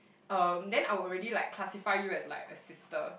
um then I would already like classify you as like a sister